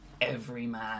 everyman